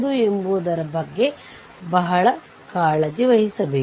ಮತ್ತು Vx ನ್ನು ಕಂಡುಹಿಡಿಯಬೇಕು